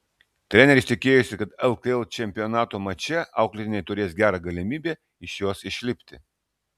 treneris tikėjosi kad lkl čempionato mače auklėtiniai turės gerą galimybę iš jos išlipti